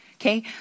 Okay